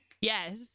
Yes